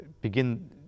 Begin